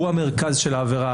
הוא המרכז של העבירה.